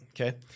Okay